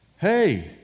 Hey